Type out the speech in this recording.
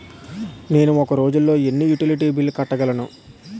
నేను ఒక రోజుల్లో ఎన్ని యుటిలిటీ బిల్లు కట్టగలను?